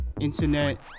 internet